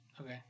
Okay